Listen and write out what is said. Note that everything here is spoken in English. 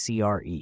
CRE